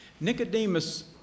Nicodemus